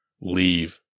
leave